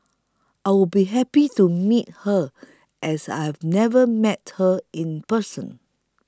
I'll be happy to meet her as I've never met her in person